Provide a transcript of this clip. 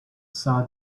saw